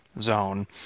Zone